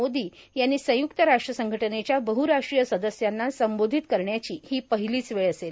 मोदी यांनी संयुक्त राष्ट्र संघटनेच्या बहराष्ट्रीय सदस्यांना संबोधित करण्याची ही पहिलीच वेळ असेल